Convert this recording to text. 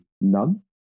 none